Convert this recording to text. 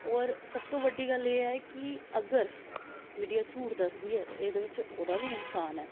होर सब तूं बड्डी गल्ल एह् ऐ की अगर मीडिया झूठ दस्सदी ऐ ते एह्दे च ओह्दा बी नुक्सान ऐ